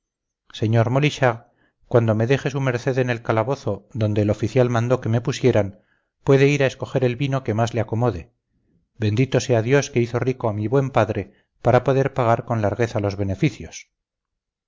sr molichard cuando me deje su merced en el calabozo donde el oficial mandó que me pusieran puede ir a escoger el vino que más le acomode bendito sea dios que hizo rico a mi buen padre para poder pagar con largueza los beneficios